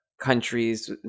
countries